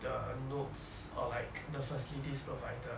the notes or like the facilities provided